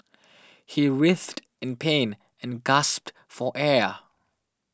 he writhed in pain and gasped for air